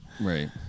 right